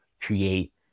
create